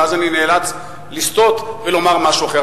ואז אני נאלץ לסטות ולומר משהו אחר.